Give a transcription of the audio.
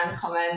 comment